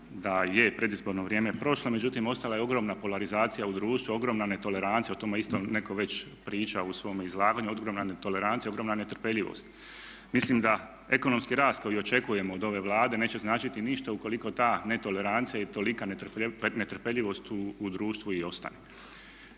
da je predizborno vrijeme prošlo međutim ostala je ogromna polarizacija u društvu, ogromna netolerancija o tome je isto netko već pričao u svome izlaganju, ogromna netolerancija, ogromna netrpeljivost. Mislim da ekonomski rast koji očekujemo od ove Vlade neće značiti ništa ukoliko ta netolerancija i tolika netrpeljivost u društvu i ostane.